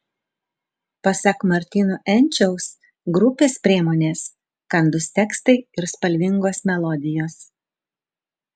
pasak martyno enčiaus grupės priemonės kandūs tekstai ir spalvingos melodijos